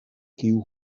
kiu